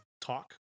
talk